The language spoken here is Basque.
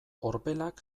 orbelak